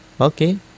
Okay